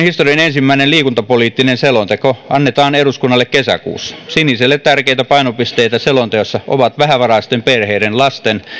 historian ensimmäinen liikuntapoliittinen selonteko annetaan eduskunnalle kesäkuussa sinisille tärkeitä painopisteitä selonteossa ovat vähävaraisten perheiden lasten